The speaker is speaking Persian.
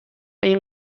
این